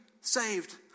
saved